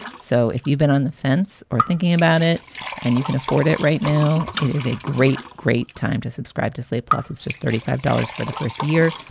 so if you've been on the fence or thinking about it and you can afford it right now, it is a great, great time to subscribe to slate. plus, it's just thirty five dollars for the first year.